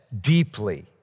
deeply